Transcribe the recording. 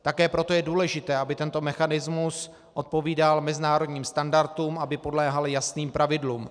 Také proto je důležité, aby tento mechanismus odpovídal mezinárodním standardům, aby podléhal jasným pravidlům.